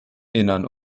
innern